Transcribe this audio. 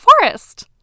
forest